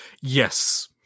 Yes